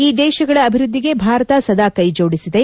ಈ ದೇಶಗಳ ಅಭಿವೃದ್ದಿಗೆ ಭಾರತ ಸದಾ ಕೈ ಜೋಡಿಸಿದೆ